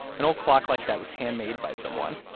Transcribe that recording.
an old clock like that was handmade by someone.